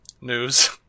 news